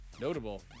Notable